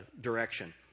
direction